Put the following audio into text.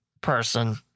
person